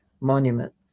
monument